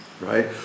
right